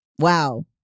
Wow